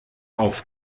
auf